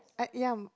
I ya